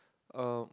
um